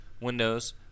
Windows